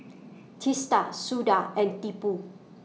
Teesta Suda and Tipu